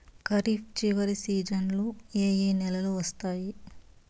ఖరీఫ్ చివరి సీజన్లలో ఏ ఏ నెలలు వస్తాయి